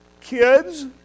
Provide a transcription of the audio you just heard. Kids